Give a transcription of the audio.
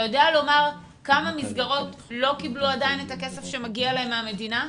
אתה יודע לומר כמה מסגרות לא קיבלו עדיין את הכסף שמגיע להן מהמדינה?